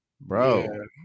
bro